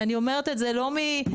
ואני אומרת את זה לא משמיעה,